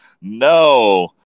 No